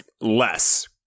less